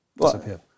disappear